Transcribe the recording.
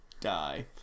Die